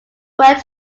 worked